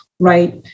Right